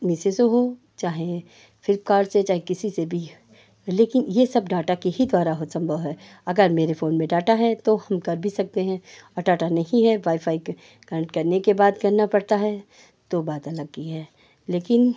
मीसो से हो चाहे फ़्लिपकार्ट से चाहे किसी से भी लेकिन ये सब डाटा के ही द्वारा ही सम्भव है अगर मेरे फ़ोन में डाटा है तो हम कर भी सकते हैं और डाटा नहीं है वाईफ़ाई के कनेक्ट करने के बाद करना पड़ता है तो बात अलग की है लेकिन